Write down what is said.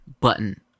button